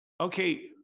okay